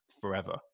forever